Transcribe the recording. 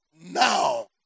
now